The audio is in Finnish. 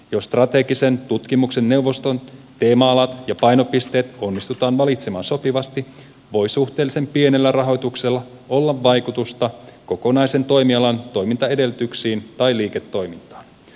jos strategisen tutkimuksen neuvoston teema alat ja painopisteet onnistutaan valitsemaan sopivasti voi suhteellisen pienellä rahoituksella olla vaikutusta kokonaisen toimialan toimintaedellytyksiin tai liiketoimintaan